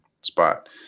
spot